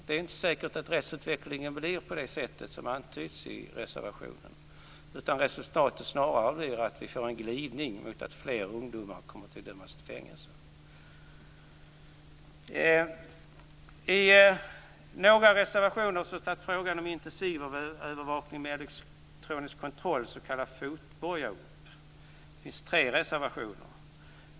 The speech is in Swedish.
Det är inte säkert att rättsutvecklingen blir på det sätt som antyds i reservationen, utan resultatet kanske snarare blir att vi får en glidning mot att fler ungdomar döms till fängelse. I några reservationer tas frågan om intensivövervakning med elektronisk kontroll, s.k. fotboja, upp. Det finns tre sådana reservationer.